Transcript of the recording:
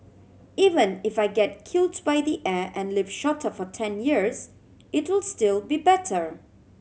even if I get killed by the air and live shorter for ten years it'll still be better